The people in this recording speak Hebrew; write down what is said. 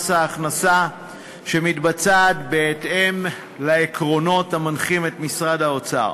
הכנסה שמתבצעת בהתאם לעקרונות המנחים את משרד האוצר.